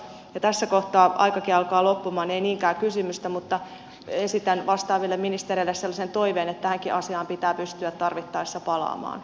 ja kun tässä kohtaa aikakin alkaa loppumaan niin ei niinkään kysymystä mutta esitän vastaaville ministereille sellaisen toiveen että tähänkin asiaan pitää pystyä tarvittaessa palaamaan